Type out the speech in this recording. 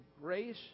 grace